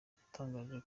yatangaje